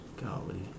Golly